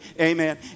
amen